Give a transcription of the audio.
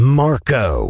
marco